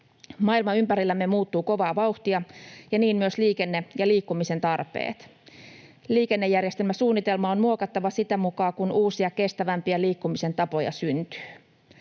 Maailma ympärillämme muuttuu kovaa vauhtia ja niin myös liikenne ja liikkumisen tarpeet. Liikennejärjestelmäsuunnitelmaa on muokattava sitä mukaa kuin uusia, kestävämpiä liikkumisen tapoja syntyy.